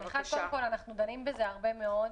אנחנו דנים בנושא הזה הרבה מאוד,